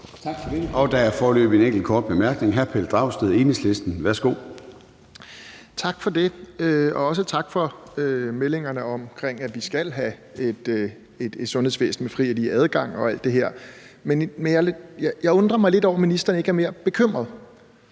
en enkelt, der har bedt om en kort bemærkning. Hr. Pelle Dragsted, Enhedslisten. Værsgo. Kl. 11:22 Pelle Dragsted (EL): Tak for det. Og også tak for meldingerne omkring, at vi skal have et sundhedsvæsen med fri og lige adgang og alt det her. Men jeg undrer mig lidt over, at ministeren ikke er mere bekymret.